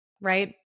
right